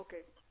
אוקיי.